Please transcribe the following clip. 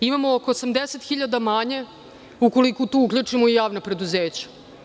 Imamo oko 80.000 manje ukoliko tu uključimo i javna preduzeća.